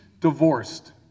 divorced